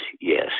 Yes